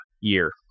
year